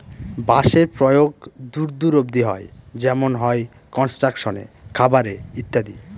বাঁশের প্রয়োগ দূর দূর অব্দি হয় যেমন হয় কনস্ট্রাকশনে, খাবারে ইত্যাদি